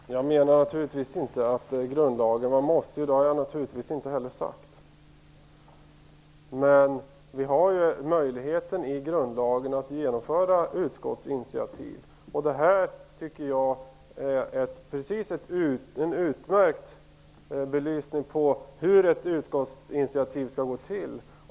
Herr talman! Jag menar naturligtvis inte att grundlagen är mossig, och det har jag inte heller sagt. Men vi har i grundlagen möjlighet att genomföra utskottsinitiativ. Jag tycker att det här ger utmärkt belysning av hur ett utskottsinitiativ skall gå till.